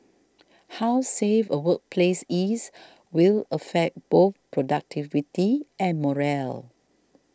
how safe a workplace is will affect both productivity and morale